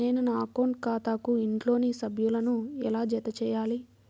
నేను నా అకౌంట్ ఖాతాకు ఇంట్లోని సభ్యులను ఎలా జతచేయాలి?